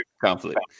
conflict